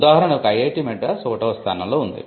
ఉదాహరణకు ఐఐటి మద్రాస్ 1 వ స్థానంలో ఉంది